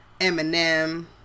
Eminem